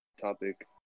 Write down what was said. topic